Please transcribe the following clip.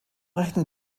rechten